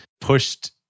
pushed